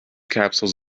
capsules